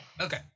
Okay